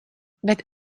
bet